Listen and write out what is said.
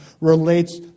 relates